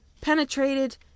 penetrated